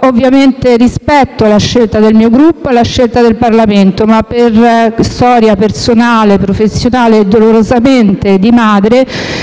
Ovviamente io rispetto la scelta del Gruppo cui appartengo e del Parlamento, ma per storia personale, professionale e, dolorosamente, di madre,